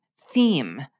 theme